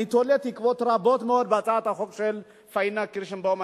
אני תולה תקוות רבות מאוד בהצעת החוק של פניה קירשנבאום.